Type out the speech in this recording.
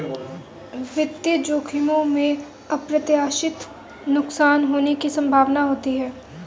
वित्तीय जोखिमों में अप्रत्याशित नुकसान होने की संभावना होती है